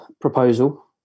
proposal